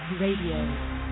Radio